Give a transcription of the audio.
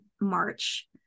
March